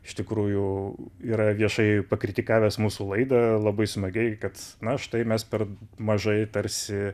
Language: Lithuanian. iš tikrųjų yra viešai pakritikavęs mūsų laidą labai smagiai kad na štai mes per mažai tarsi